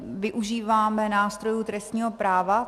Využíváme nástrojů trestního práva.